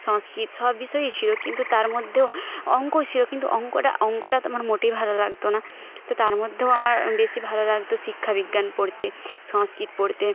সংস্কৃত সব বিষয়ই ছিল কিন্তু তার মধ্যেও অঙ্ক ছিল কিন্তু অঙ্কটা অঙ্কটা তো আমার মোটেই ভালো লাগত না তো তার মধ্যেও আমার বেশি ভালো লাগত শিক্ষাবিজ্ঞান পড়তে সংস্কৃত পড়তে